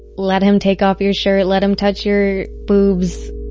let him take off your shirt, let him touch your boobs